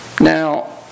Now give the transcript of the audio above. Now